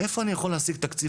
איפה אני צריך להשיג תקציב,